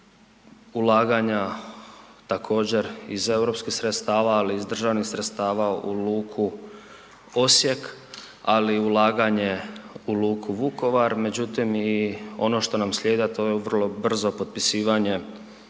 Brod, ulaganja također iz europskih sredstava ali i iz državnih sredstava u luku Osijek, ali i ulaganje u luku Vukovar. Međutim i ono što nam slijedi, a to je vrlo brzo potpisivanje